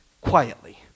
quietly